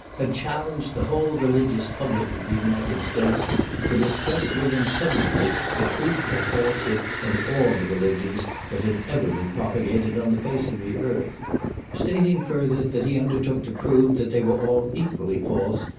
had challenged the whole religious public of the united states to discuss with him publicly the truth or falsehood of all the religions that had ever been propagated on the face of the earth stating, further, that he undertook to prove that they were all equally false,